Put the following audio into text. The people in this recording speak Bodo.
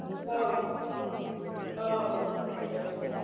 औ औ ए